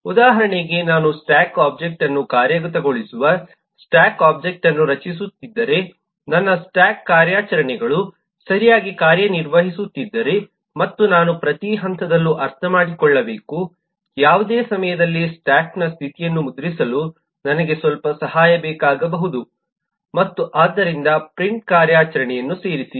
ಉದಾಹರಣೆಗೆ ನಾನು stack object ಅನ್ನು ಕಾರ್ಯಗತಗೊಳಿಸುವ ಸ್ಟ್ಯಾಕ್ ಒಬ್ಜೆಕ್ಟ್ ಅನ್ನು ರಚಿಸುತ್ತಿದ್ದರೆ ನನ್ನ ಸ್ಟ್ಯಾಕ್ ಕಾರ್ಯಾಚರಣೆಗಳು ಸರಿಯಾಗಿ ಕಾರ್ಯನಿರ್ವಹಿಸುತ್ತಿದ್ದರೆ ಮತ್ತು ನಾನು ಪ್ರತಿ ಹಂತದಲ್ಲೂ ಅರ್ಥಮಾಡಿಕೊಳ್ಳಬೇಕು ಯಾವುದೇ ಸಮಯದಲ್ಲಿ ಸ್ಟ್ಯಾಕ್ ಸ್ಥಿತಿಯನ್ನು ಮುದ್ರಿಸಲು ನನಗೆ ಸ್ವಲ್ಪ ಸಹಾಯ ಬೇಕಾಗಬಹುದು ಮತ್ತು ಆದ್ದರಿಂದ ಪ್ರಿಂಟ್ ಕಾರ್ಯಾಚರಣೆಯನ್ನು ಸೇರಿಸಿ